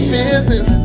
business